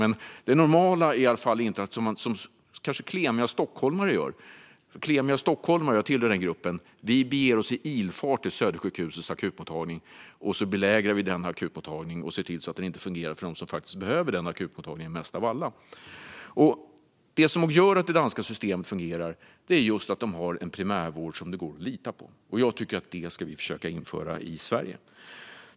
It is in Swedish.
Men det normala där är inte att göra som klemiga stockholmare gör - jag tillhör den gruppen - som i ilfart beger sig till Södersjukhusets akutmottagning, belägrar den och ser till att den inte fungerar för dem som faktiskt behöver den mest av alla. Det som gör att det danska systemet fungerar är just att de har en primärvård som det går att lita på. Jag tycker att vi ska försöka införa det i Sverige.